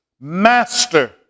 Master